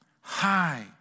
high